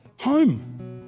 Home